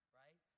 right